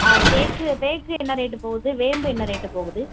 ஆ தேக்கு தேக்கு என்ன ரேட்டு போகுது வேம்பு என்ன ரேட்டு போகுது